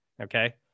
Okay